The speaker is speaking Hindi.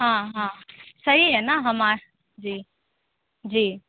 हाँ हाँ सही है ना हमारे जी जी